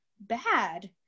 bad